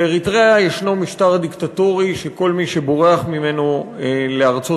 באריתריאה יש משטר דיקטטורי שבגללו כל מי שבורח ממנו לארצות